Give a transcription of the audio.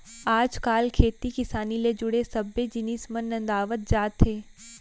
आज काल खेती किसानी ले जुड़े सब्बे जिनिस मन नंदावत जात हें